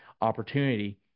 opportunity